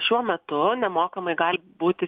šiuo metu nemokamai gali būti